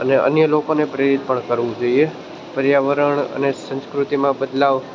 એટલે અન્ય લોકોને પ્રેરીત પણ કરવું જોઈએ પર્યાવરણ અને સંસ્કૃતિમાં બદલાવ